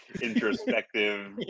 introspective